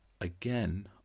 Again